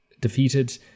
defeated